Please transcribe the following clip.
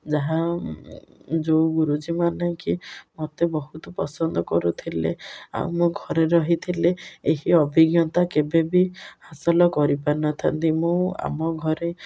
ଯାହା ଯେଉଁ ଗୁରୁଜୀମାନେକି ମୋତେ ବହୁତ ପସନ୍ଦ କରୁଥିଲେ ଆଉ ମୋ ଘରେ ରହିଥିଲେ ଏହି ଅଭିଜ୍ଞତା କେବେ ବିି ହାସଲ କରିପାରିନଥାନ୍ତି ମୁଁ ଆମ ଘରେ